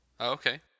Okay